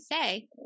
say